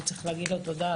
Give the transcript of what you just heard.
וצריך להגיד לו תודה,